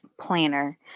planner